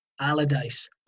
Allardyce